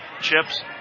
Chips